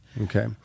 Okay